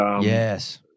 Yes